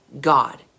God